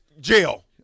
Jail